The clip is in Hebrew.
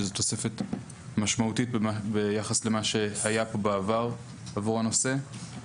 שזו תוספת משמעותית ביחס למה שהיה בעבר עבור הנושא.